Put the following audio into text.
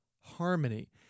harmony